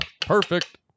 Perfect